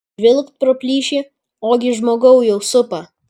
žvilgt pro plyšį ogi žmogau jau supa